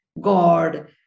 God